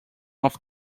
off